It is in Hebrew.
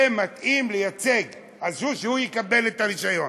זה מתאים לייצג, אז הוא יקבל את הרישיון.